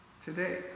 today